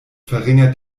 verringert